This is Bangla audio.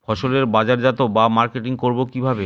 ফসলের বাজারজাত বা মার্কেটিং করব কিভাবে?